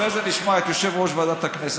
אחרי זה נשמע את יושב-ראש ועדת הכנסת.